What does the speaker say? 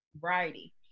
variety